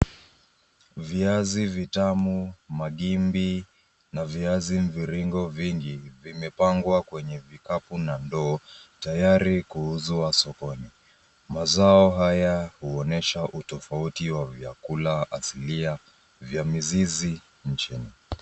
Viazi vitamu, magimbi na viazi mviringo vingi vimepangwa kwenye vikapu na ndoo tayari kuuzwa sokoni. Mazao haya huonyesha utofauti wa vyakula asilia vya mizizi nchini.